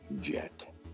jet